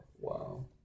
Wow